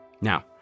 Now